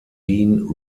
dean